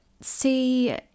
see